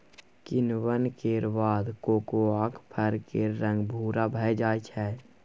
किण्वन केर बाद कोकोआक फर केर रंग भूरा भए जाइ छै